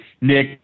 Nick